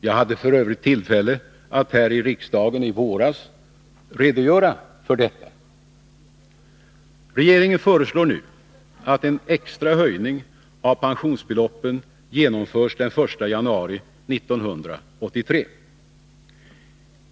Jag hade f. ö. tillfälle att här i riksdagen i våras redogöra för detta. Regeringen föreslår nu att en extra höjning av pensionsbeloppen genomförs den 1 januari 1983.